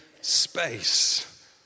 space